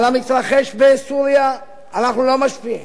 על המתרחש בסוריה אנחנו לא משפיעים.